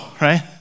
right